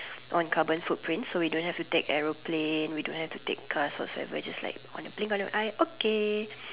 on carbon footprints so we don't have to take airplane we don't have to take car whatsoever on a blink of an eye okay